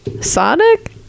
Sonic